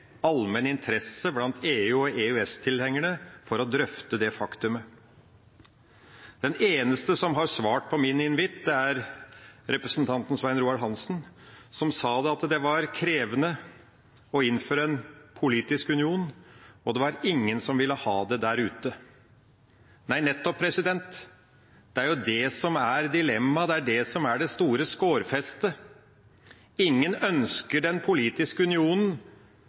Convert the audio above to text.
allmenn interesse blant EU- og EØS-tilhengerne for å drøfte det faktumet? Den eneste som har svart på min invitt, er representanten Svein Roald Hansen, som sa at det var krevende å innføre en politisk union, og det var ingen som ville ha det der ute. Nei, nettopp! Det er jo det som er dilemmaet, det er det som er det store skårfestet: Ingen ønsker den politiske unionen,